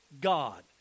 God